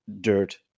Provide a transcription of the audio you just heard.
Dirt